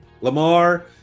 Lamar